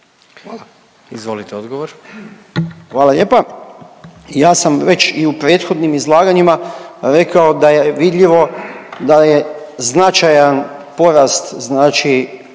lijepa. **Nekić, Darko** Hvala lijepa. Ja sam već i u prethodnim izlaganjima rekao da je vidljivo da je značajan porast znači